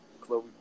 Chloe